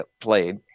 played